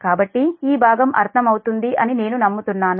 కాబట్టి ఈ భాగం అర్ధం అవుతుంది అని నేను నమ్ముతున్నాను